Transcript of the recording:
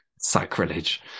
Sacrilege